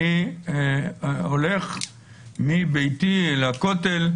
אני הולך מביתי לכותל,